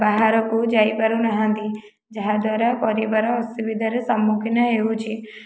ବାହାରକୁ ଯାଇପାରୁନାହାନ୍ତି ଯାହା ଦ୍ୱାରା ପରିବାର ଅସୁବିଧାର ସମ୍ମୁଖୀନ ହେଉଛି